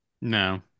No